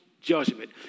judgment